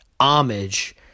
homage